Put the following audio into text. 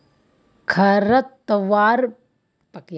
खरपतवार मूल रूप स अवांछित पौधा छिके जेको खेतेर खेतत उग छेक